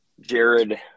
jared